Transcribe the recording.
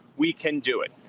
we can do it.